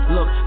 Look